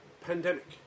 Pandemic